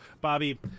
Bobby